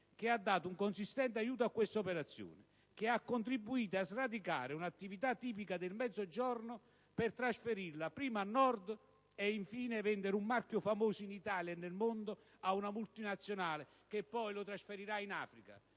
ha dato un consistente aiuto a questa operazione, che ha contribuito a sradicare un'attività tipica del Mezzogiorno per trasferirla dapprima al Nord, e vendere poi un marchio famoso in Italia e nel mondo ad una multinazionale che lo trasferirà in Africa,